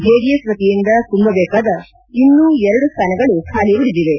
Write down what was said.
JDS ವತಿಯಿಂದ ತುಂಬದೇಕಾದ ಇನ್ನೂ ಎರಡು ಸ್ಥಾನಗಳು ಖಾಲಿ ಉಳಿದಿವೆ